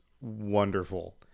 Wonderful